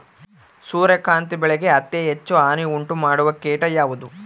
ಸೂರ್ಯಕಾಂತಿ ಬೆಳೆಗೆ ಅತೇ ಹೆಚ್ಚು ಹಾನಿ ಉಂಟು ಮಾಡುವ ಕೇಟ ಯಾವುದು?